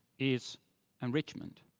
is enrichment.